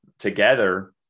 together